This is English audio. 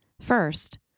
First